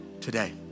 today